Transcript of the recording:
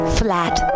flat